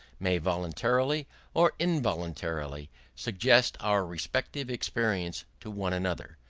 may voluntarily or involuntarily suggest our respective experience to one another,